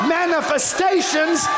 manifestations